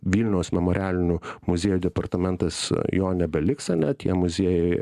vilniaus memorialinių muziejų departamentas jo nebeliks ane tie muziejai